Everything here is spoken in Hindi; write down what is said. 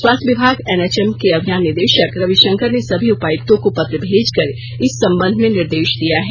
स्वास्थ्य विभाग एनएचएम के अभियान निदेशक रविशंकर ने सभी उपायुक्तों को पत्र भेज कर इस संबंध में निर्देश दिया है